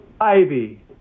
ivy